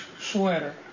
sweater